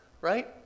right